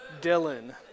Dylan